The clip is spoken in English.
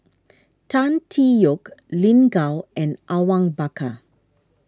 Tan Tee Yoke Lin Gao and Awang Bakar